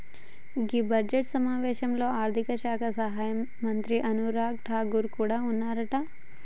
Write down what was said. గీ budget సమావేశాల్లో ఆర్థిక శాఖ సహాయక మంత్రి అనురాగ్ ఠాగూర్ కూడా ఉన్నారట